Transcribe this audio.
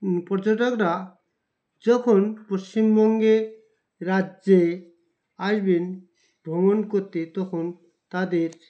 পর্যটকরা যখন পশ্চিমবঙ্গের রাজ্যে আসবেন ভ্রমণ করতে তখন তাদের